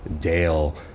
Dale